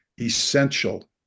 essential